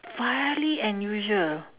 fairly unusual